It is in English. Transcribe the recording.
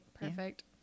Perfect